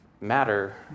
Matter